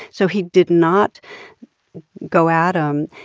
so he did not go at him,